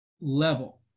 level